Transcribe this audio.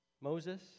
Moses